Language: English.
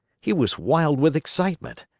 he was wild with excitement.